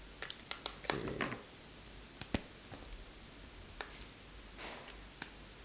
okay